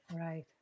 Right